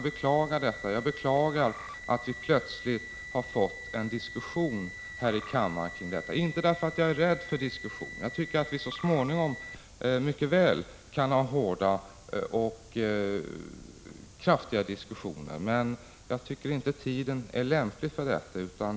Jag beklagar att vi plötsligt har fått en diskussion här i kammaren kring detta, inte därför att jag är rädd för diskussion — jag tycker att vi så småningom mycket väl kan ha hårda diskussioner — utan därför att jag anser att tiden inte är lämplig för detta.